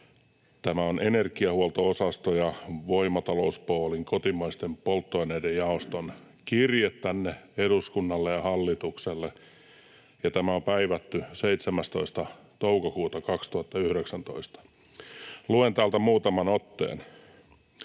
Tämä on energiahuolto-osaston ja Voimatalouspoolin kotimaisten polttoaineiden jaoston kirje tänne eduskunnalle ja hallitukselle, ja tämä on päivätty 17. toukokuuta 2019. Luen täältä muutaman otteen.